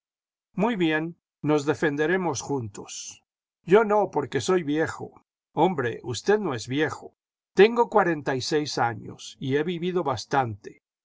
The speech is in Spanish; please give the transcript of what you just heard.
muy bien nos defenderemos juntos yo no porque soy viejo hombre no es usted viejo tengo cuarenta y seis años y he vivido bastante